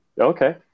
Okay